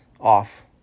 off